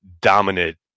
dominant